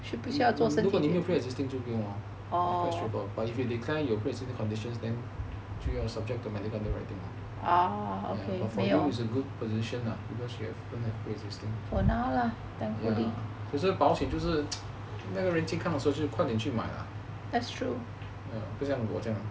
如果你没有 preexisting 就不用 lor quite straightforward but if you declare 有 pre-existing conditions then 就要 subject to medical approval ya but for you is a good position lah because you don't have any pre-existing ya 所以保险就是那个人气看了就快点去买 ah ya 就像我这样 lor